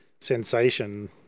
sensation